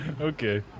Okay